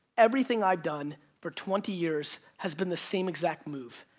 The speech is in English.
everything i've done for twenty years has been the same exact move.